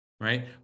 right